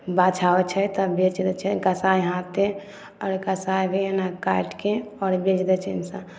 बाछा होइ छै तऽ बेच दै छै कसाइ हाथे आओर कसाइ भी एना काटिके आओर बेच दै छै इंसा